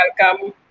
Welcome